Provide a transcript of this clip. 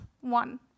one